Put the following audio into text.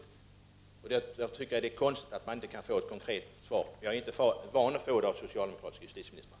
Därför tycker jag att det är konstigt att jag inte kan få ett konkret svar. Jag är inte van att få sådana av socialdemokratiska justitieministrar.